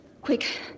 Quick